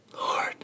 Lord